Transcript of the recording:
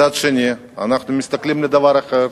מצד שני, אנחנו מסתכלים על דבר אחר,